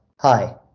Hi